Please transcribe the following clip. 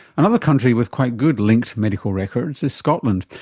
another country with quite good linked medical records is scotland,